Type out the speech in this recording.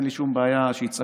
אין לי שום בעיה שיצעקו,